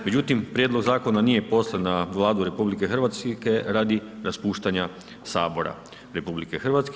Međutim, prijedlog zakona nije poslan na Vladu RH radi raspuštanja Sabora RH.